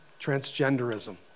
transgenderism